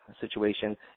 situation